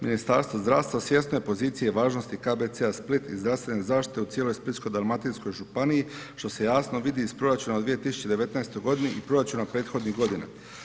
Ministarstvo zdravstva svjesno je pozicije važnosti KBC-a Split i zdravstvene zaštite u cijeloj Splitsko-dalmatinskoj županiji što se jasno vidi iz proračuna u 2019. godini i proračuna prethodnih godina.